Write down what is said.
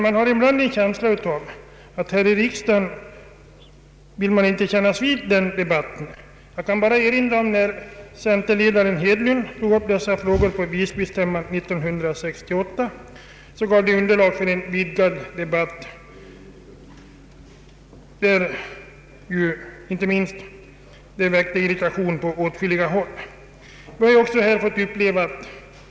Man har ibland en känsla av att många här i riksdagen inte vill kännas vid den debatten. Jag vill erinra om att när centerledaren herr Hedlund tog upp dessa frågor under Visbystämman år 1968 så gav det underlag för en vidgad debatt med verklig irritation på åtskilliga håll.